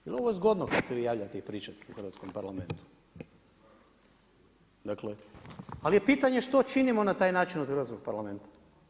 Jel ovo je zgodno kada se vi javljate i pričate u hrvatskom Parlamentu, ali je pitanje što činimo na taj način od hrvatskog Parlamenta.